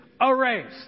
erased